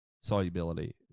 solubility